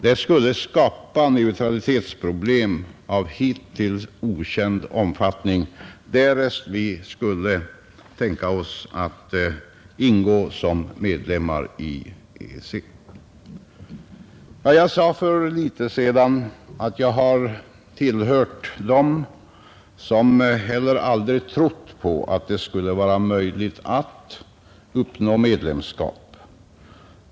Det skulle skapa neutralitetsproblem av hittills okänd omfattning, därest vi skulle tänka oss att ingå som medlem i EEC. Jag sade för litet sedan att jag har tillhört dem som heller aldrig trott på att det skulle vara möjligt att uppnå medlemskap.